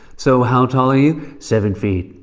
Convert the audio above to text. so how tall are you? seven feet.